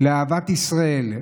לאהבת ישראל,